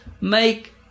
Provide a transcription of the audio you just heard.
make